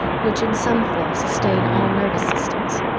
which in some form sustain all nervous systems.